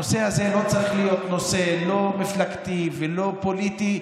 הנושא הזה לא צריך להיות נושא לא מפלגתי ולא פוליטי,